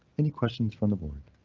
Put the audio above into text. any questions from the board?